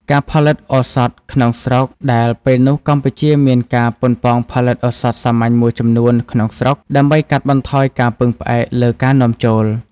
ការផលិតឱសថក្នុងស្រុកដែលពេលនោះកម្ពុជាមានការប៉ុនប៉ងផលិតឱសថសាមញ្ញមួយចំនួនក្នុងស្រុក ដើម្បីកាត់បន្ថយការពឹងផ្អែកលើការនាំចូល។